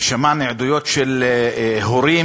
ושמענו עדויות של הורים,